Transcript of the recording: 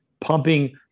pumping